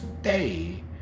stay